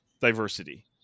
diversity